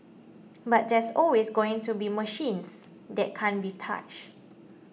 but there's always going to be machines that can't be touched